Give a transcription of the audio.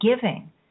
giving